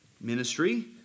ministry